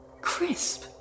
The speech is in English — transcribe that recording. crisp